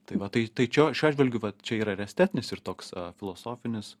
tai va tai tai čia šiuo atžvilgiu vat čia yra ir estetinis ir toks filosofinis